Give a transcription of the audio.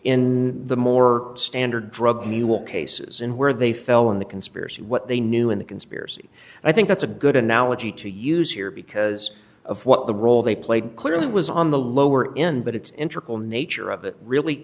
in the more standard drug mule cases and where they fell in the conspiracy what they knew in the conspiracy i think that's a good analogy to use here because of what the role they played clearly was on the lower end but it's interpol nature of it really